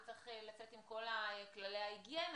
הוא צריך לצאת עם כל כללי ההיגיינה.